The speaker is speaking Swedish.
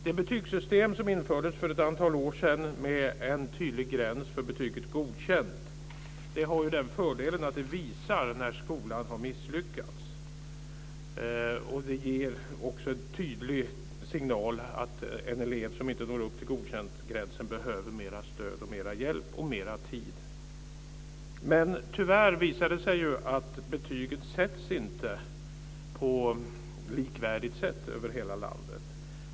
Det betygssystem som infördes för ett antal år sedan med en tydlig gräns för betyget Godkänd har den fördelen att det visar när skolan har misslyckats. Det ger också en tydlig signal att en elev som inte når upp till gränsen för godkänd behöver mer stöd, mer hjälp och mer tid. Tyvärr visar det sig att betyget inte sätts på likvärdigt sätt över hela landet.